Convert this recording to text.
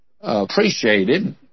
appreciated